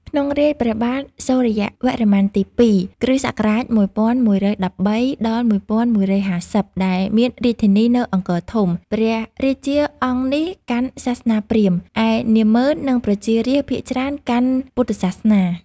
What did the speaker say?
ក្នុងរាជ្យព្រះបាទសូរ្យវរ្ម័នទី ២ (គ.ស ១១១៣-១១៥០) ដែលមានរាជធានីនៅ អង្គរធំ ព្រះរាជាអង្គនេះកាន់សាសនាព្រាហ្មណ៍ ឯនាម៉ឺននិងប្រជារាស្ត្រភាគច្រើនកាន់ពុទ្ធសាសនា ។